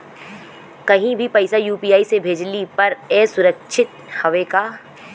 कहि भी पैसा यू.पी.आई से भेजली पर ए सुरक्षित हवे का?